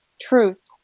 truth